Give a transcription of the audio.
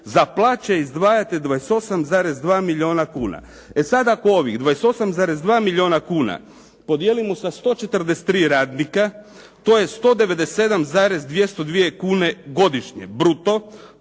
Za plaće izdvajate 28,2 milijuna kuna. E sada ako ovih 28,2 milijuna kuna podijelimo sa 143 radnika. To je 197,202 kune godišnje bruto.